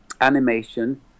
animation